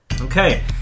Okay